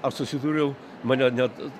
aš susidūriau mane net